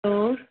hello